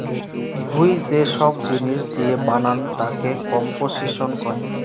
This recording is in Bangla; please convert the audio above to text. ভুঁই যে সব জিনিস দিয়ে বানান তাকে কম্পোসিশন কহে